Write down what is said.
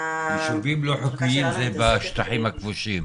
ישובים לא חוקיים זה בשטחים הכבושים.